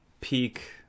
peak